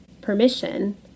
permission